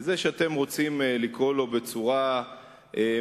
זה שאתם רוצים לקרוא לו בצורה מבזה,